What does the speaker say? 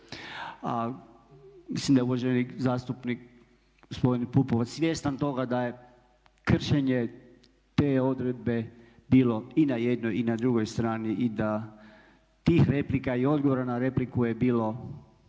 mislim da je uvaženi zastupnik gospodin Pupovac svjestan toga da je kršenje te odredbe bilo i na jednoj i na drugoj strani i da tih replika i odgovora na repliku je bilo